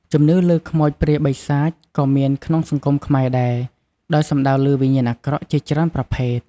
ជំនឿលើ "ខ្មោចព្រាយបីសាច" ក៏មានក្នុងសង្គមខ្មែរដែរ ដោយសំដៅលើវិញ្ញាណអាក្រក់ជាច្រើនប្រភេទ។